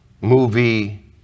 movie